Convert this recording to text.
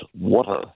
water